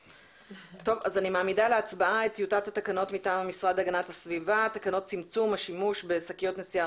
אני מעמידה להצבעה את הצעת תקנות צמצום השימוש בשקיות נשיאה